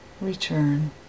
return